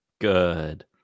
Good